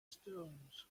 stones